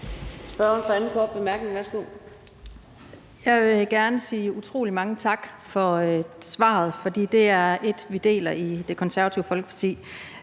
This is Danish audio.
Jeg vil gerne sige utrolig mange tak for svaret, for det er en holdning, vi deler i Det Konservative Folkeparti.